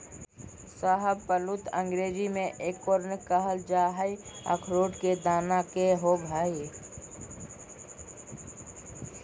शाहबलूत अंग्रेजी में एकोर्न कहल जा हई, अखरोट के दाना के होव हई